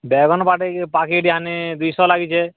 Devan packet ଆନି ବିଷ ଲାଗିଛି